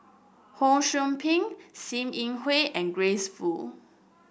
Ho Sou Ping Sim Yi Hui and Grace Fu